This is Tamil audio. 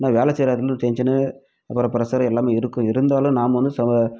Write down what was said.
ஆனால் வேலை செய்கிற இடத்துல வந்து டென்ஷனு அப்புறம் பிரஷ்ஷரு எல்லாமே இருக்கும் இருந்தாலும் நாம் வந்து சம